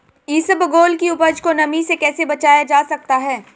इसबगोल की उपज को नमी से कैसे बचाया जा सकता है?